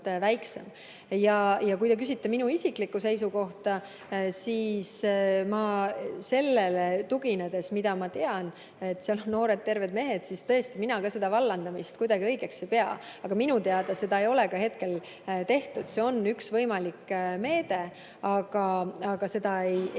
te küsite minu isiklikku seisukohta, siis ma sellele tuginedes, mida ma tean, et seal on noored terved mehed, ka vallandamist kuidagi õigeks ei pea. Aga minu teada seda ei ole ka tehtud, see on üks võimalik meede, aga seda ei pea